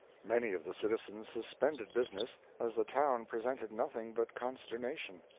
many of the citizen suspended business, as the town presented nothing but consternation.